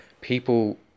people